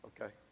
Okay